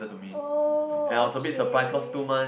oh okay